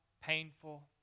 painful